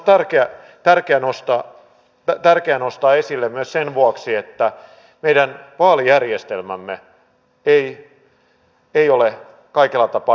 tämä on minusta tärkeää nostaa esille myös sen vuoksi että meidän vaalijärjestelmämme ei ole kaikella tapaa demokraattinen